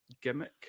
gimmick